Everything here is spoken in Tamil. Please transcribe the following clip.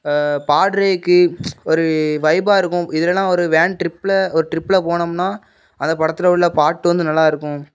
பாட்றேக்கு ஒரு வைபா இருக்கும் இதுலெலாம் ஒரு வேன் ட்ரிப்பில் ஒரு ட்ரிப்பில் போனோம்னா அந்த படத்தில் உள்ள பாட்டு வந்து நல்லாயிருக்கும்